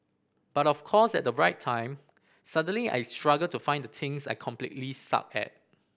but of course at right time suddenly I struggle to find the things I completely suck at